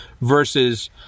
versus